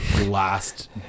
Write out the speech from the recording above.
last